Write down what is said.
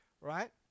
Right